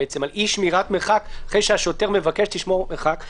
על אי-שמירת מרחק אחרי שהשוטר מבקש לשמור מרחק,